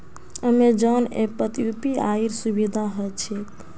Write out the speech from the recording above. Amazon ऐपत यूपीआईर सुविधा ह छेक